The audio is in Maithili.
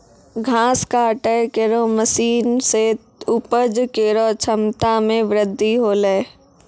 घास काटै केरो मसीन सें उपज केरो क्षमता में बृद्धि हौलै